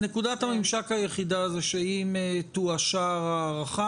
נקודת הממשק היחידה היא שאם תאושר ההארכה,